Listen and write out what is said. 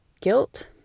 Guilt